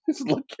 look